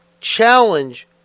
challenge